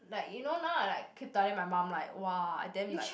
like you know now I like keep telling my mum like [wah] I damn like